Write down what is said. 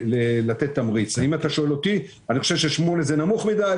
בשבט התשפ"ב, ראש חודש, 3 בינואר 2022